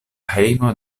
hejmo